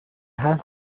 هست